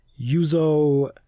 Yuzo